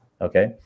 okay